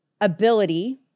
ability